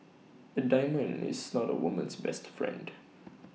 A diamond is not A woman's best friend